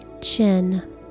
Chin